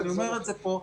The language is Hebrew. אני אומר את זה פה.